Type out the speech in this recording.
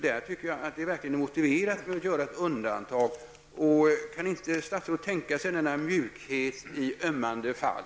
Där tycker jag att det verkligen är motiverat att göra ett undantag. Kan inte statsrådet tänka sig denna mjukhet i ömmande fall?